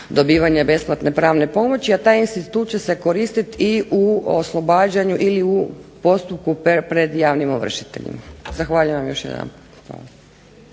dobivanje besplatne pravne pomoći, a taj institut će se koristiti i u oslobađanju i u postupku pred javnim ovršiteljima. Zahvaljujem vam još jedanput.